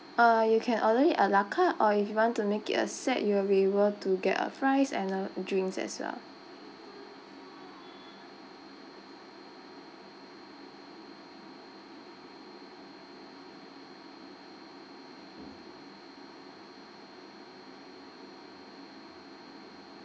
uh you can order it a la carte or if you want to make it a set you will be able to get a fries and uh drinks as well